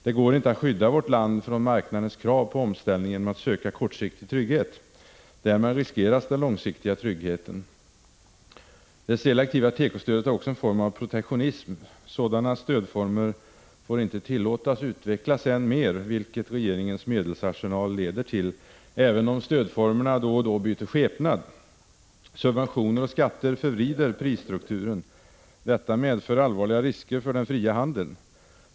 Det går inte att skydda vårt land från marknadens krav på omställning genom att söka kortsiktig trygghet. Därmed riskeras den långsiktiga tryggheten. Det selektiva tekostödet är också en form av protektionism. Man får inte tillåta sådana stödformer att utvecklas än mer, vilket regeringens medelsarsenal leder till, även om stödformerna då och då byter skepnad. Subventioner och skatter förvrider prisstrukturen. Detta medför allvarliga risker för den fria handeln.